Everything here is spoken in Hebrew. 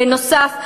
"בנוסף,